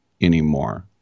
anymore